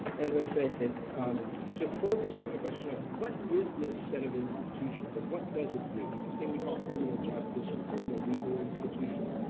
as i say, and to focus on the question of, what is this set of institutions and what does it do? this thing we call criminal justice or criminal legal institutions.